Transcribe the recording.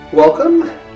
Welcome